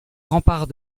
remparts